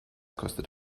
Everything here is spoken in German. kostet